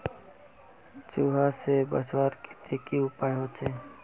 चूहा से बचवार केते की उपाय होचे?